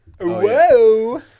Whoa